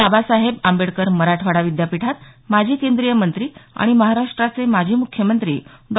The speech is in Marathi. बाबासाहेब आंबेडकर मराठवाडा विद्यापीठात माजी केंद्रीय मंत्री आणि महाराष्ट्राचे माजी मुख्यमंत्री डॉ